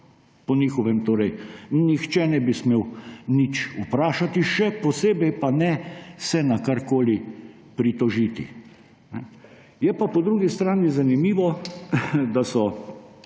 po njihovem torej nihče ne bi smel nič vprašati, še posebej pa se ne na karkoli pritožiti. Je pa po drugi strani zanimivo, da so